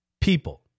people